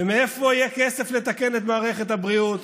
מאיפה יהיה כסף לתקן את מערכת הבריאות?